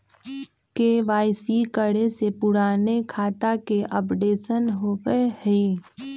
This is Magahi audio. के.वाई.सी करें से पुराने खाता के अपडेशन होवेई?